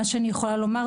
שאנחנו מבקשים,